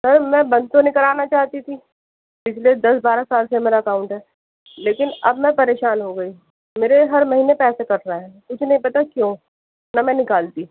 سر میں بند تو نہیں کرانا چاہتی تھی پچھلے دس بارہ سال سے میرا اکاؤنٹ ہے لیکن اب میں پریشان ہو گئی ہوں میرے ہر مہینے پیسے کٹ رہے ہیں اتنے کٹے کیوں نہ میں نکالتی